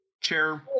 chair